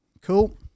Cool